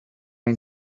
ein